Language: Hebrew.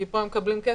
כי פה הם מקבלים כסף,